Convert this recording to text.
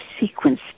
sequence